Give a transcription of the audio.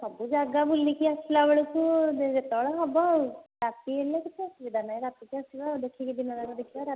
ସବୁ ଜାଗା ବୁଲିକି ଆସିଲା ବେଳକୁ ଯେତେବେଳେ ହେବ ଆଉ ରାତି ହେଲେ କିଛି ଅସୁବିଧା ନାହିଁ ରାତିକି ଆସିବା ଆଉ ଦେଖିକି ଦିନଯାକ ଦେଖିବା ରାତିକି ଆସିବା